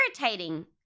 irritating